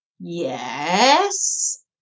Yes